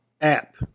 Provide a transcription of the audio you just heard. app